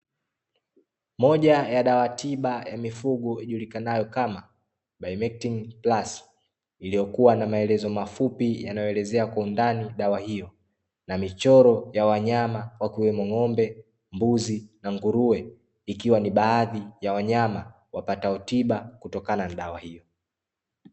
Moja ya dawa tiba ya mifugo ijulikanayo kama "Bimectin Plus" iliyokuwa na maelezo mafupi yanayoelezea kwa undani dawa hiyo, na michoro ya wanyama wakiwemo: ng'ombe, mbuzi, na nguruwe; ikiwa ni baadhi ya wanyama wapatao tiba kutokana na dawa hiyo.